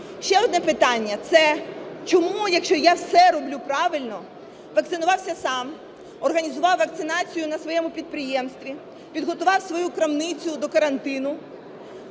Ще одне питання. Чому, якщо я все роблю правильно, вакцинувався сам, організував вакцинацію на своєму підприємстві, підготував свою крамницю до карантину,